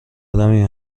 آدمی